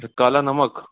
अच्छा काला नमक